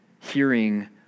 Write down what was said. hearing